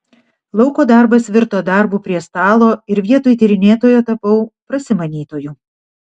lauko darbas virto darbu prie stalo ir vietoj tyrinėtojo tapau prasimanytoju